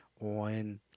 on